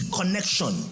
connection